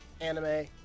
anime